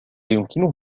يمكنه